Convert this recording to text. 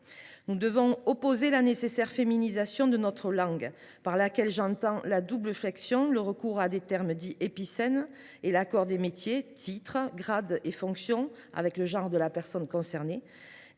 Nous devons opposer à la nécessaire féminisation de notre langue au travers de la double flexion, du recours à des termes dits épicènes et de l’accord des métiers, titres, grades ou fonctions avec le genre de la personne concernée,